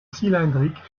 cylindrique